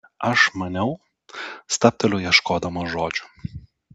aš maniau stabteliu ieškodama žodžių